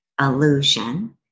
illusion